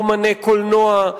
אמני קולנוע,